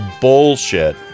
bullshit